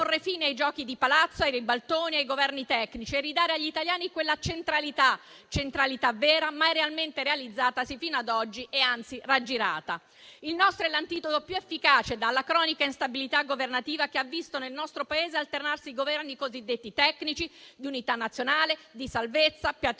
Il nostro è l'antidoto più efficace dalla cronica instabilità governativa che ha visto nel nostro Paese alternarsi Governi cosiddetti tecnici, di unità nazionale, di salvezza, patriottici